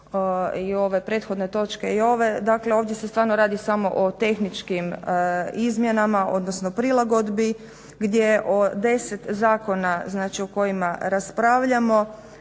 i ove prethodne točke i ove. Dakle, ovdje se stvarno radi samo o tehničkim izmjenama, odnosno prilagodbi gdje od 10 zakona, znači o kojima raspravljamo